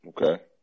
Okay